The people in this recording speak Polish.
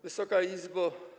Wysoka Izbo!